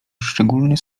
szczególny